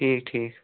ٹھیٖک ٹھیٖک